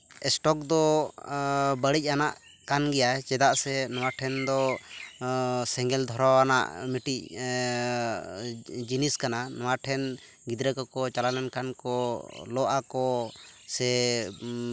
stock ᱫᱚ ᱵᱟᱹᱲᱤᱡᱼᱟᱱᱟᱜ ᱠᱟᱱ ᱜᱮᱭᱟ ᱪᱮᱫᱟᱜ ᱥᱮ ᱱᱚᱣᱟ ᱴᱷᱮᱱᱫᱚ ᱥᱮᱸᱜᱮᱞ ᱫᱷᱚᱨᱟᱣ ᱟᱱᱟᱜ ᱢᱤᱫᱴᱤᱡ ᱡᱤᱱᱤᱥ ᱠᱟᱱᱟ ᱱᱚᱣᱟ ᱴᱷᱮᱱ ᱜᱤᱫᱽᱨᱟᱹᱠᱚ ᱠᱚ ᱪᱟᱞᱟᱣ ᱞᱮᱱᱠᱷᱟᱱ ᱞᱚ ᱟᱠᱚ ᱥᱮ